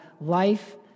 life